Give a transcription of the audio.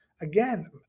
again